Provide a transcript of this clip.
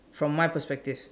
from my perspective